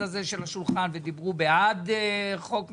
הזה של השולחן ודיברו בעד חוק מסוים.